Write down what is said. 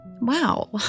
Wow